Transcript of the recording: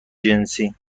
جنسی